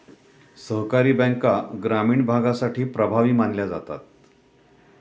सहकारी बँका ग्रामीण भागासाठी प्रभावी मानल्या जातात